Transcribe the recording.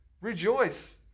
rejoice